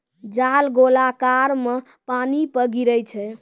जाल गोलाकार मे पानी पे गिरै छै